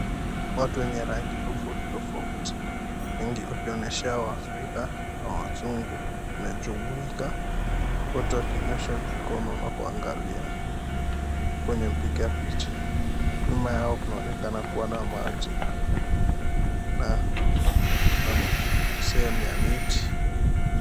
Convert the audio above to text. Watu wenye rangi tofauti tofauti. Wengi wakionyesha Waafrika na wazungu wamejumuika. Wote wakinyosha mikono na kuangalia kwenye mpiga picha. Nyuma yao kunaonekana kuwa na maji na sehemu ya miti.